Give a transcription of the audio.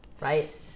right